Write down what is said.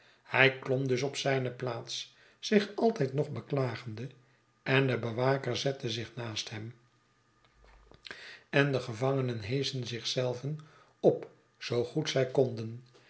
hij klom dus op zijne plaats zich altijd nog beklagende en de bewaker zette zich naast hem en de gevangenen heschen zich zelven op zoo goed zij konden